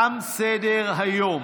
תם סדר-היום.